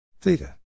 theta